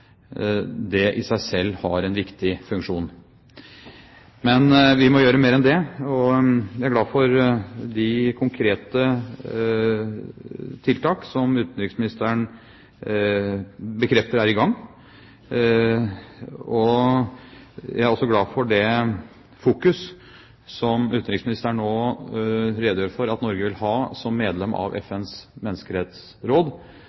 Det i seg selv har en viktig funksjon. Men vi må gjøre mer enn det, og jeg er glad for de konkrete tiltak som utenriksministeren bekrefter er i gang. Jeg er også glad for det fokus som utenriksministeren nå redegjør for at Norge vil ha som medlem av